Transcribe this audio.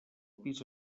pis